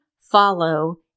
follow